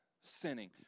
sinning